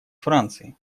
франции